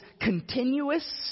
continuous